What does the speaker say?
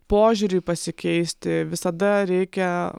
požiūriui pasikeisti visada reikia